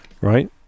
Right